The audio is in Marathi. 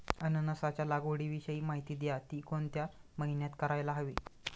अननसाच्या लागवडीविषयी माहिती द्या, ति कोणत्या महिन्यात करायला हवी?